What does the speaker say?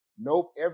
Nope